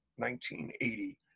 1980